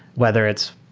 whether it's,